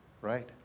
Right